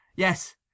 Yes